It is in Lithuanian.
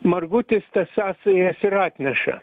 margutis tas sąsajas ir atneša